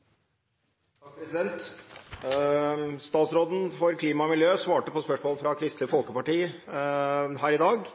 Kristelig Folkeparti her i dag